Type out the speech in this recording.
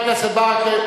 חבר הכנסת ברכה,